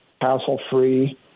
hassle-free